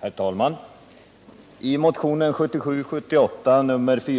Herr talman! I motionen 1977/78:459 har jag tillsammans med